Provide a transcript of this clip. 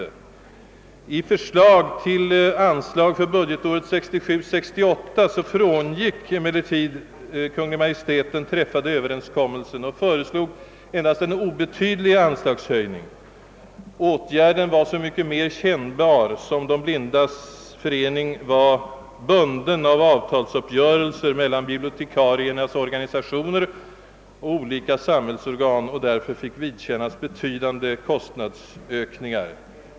I sitt förslag till anslag för budgetåret 1967/68 frångick emellertid Kungl. Maj:t den träffade överenskommelsen och äskade endast en obetydlig anslagshöjning. Detta var så mycket mer kännbart som De blindas förening var bunden av avtalsuppgörelse mellan bibliotekariernas organisationer och olika samhällsorgan och därför fick söka själv bära betydande kostnadsökningar.